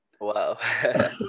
Wow